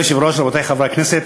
אדוני היושב-ראש, רבותי חברי הכנסת,